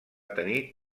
tenir